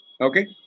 Okay